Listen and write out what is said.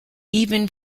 even